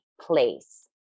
place